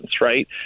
right